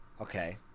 okay